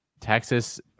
Texas